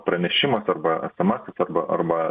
pranešimas arba esemesas arba arba